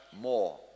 more